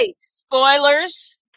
spoilers